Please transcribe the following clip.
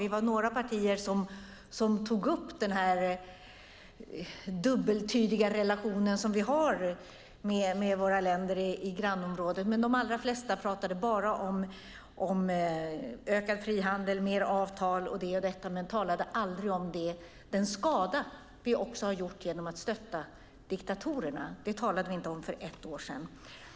Vi var några partier som tog upp den dubbeltydiga relation som vi har med våra länder i grannskapet, men de allra flesta talade bara om ökad frihandel och fler avtal, aldrig om den skada vi gjort genom att stötta diktatorerna. Det talade vi inte om för ett år sedan.